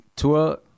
Tour